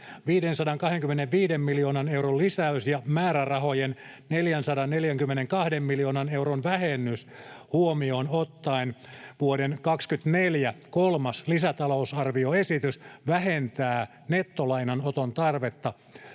525 miljoonan euron lisäys ja määrärahojen 442 miljoonan euron vähennys huomioon ottaen vuoden 24 kolmas lisätalousarvioesitys vähentää nettolainanoton tarvetta